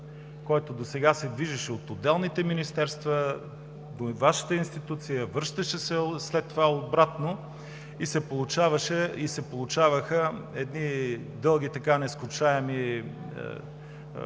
който досега се движеше от отделните министерства до Вашата институция, връщаше се след това обратно и се получаваха едни дълги, нескончаеми